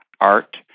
art